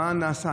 מה נעשה?